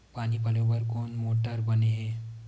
पानी पलोय बर कोन मोटर बने हे?